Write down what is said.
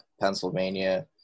Pennsylvania